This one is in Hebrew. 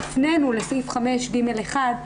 הפנינו לסעיף 5(ג)1,